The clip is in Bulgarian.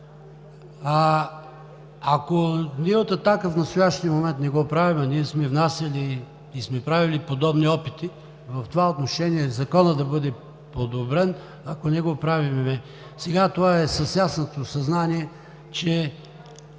Ако от „Атака“ в настоящия момент не го правим, ние сме внасяли и сме правили подобни опити в това отношение – Законът да бъде подобрен, ако не го правим сега, то е с ясното съзнание, че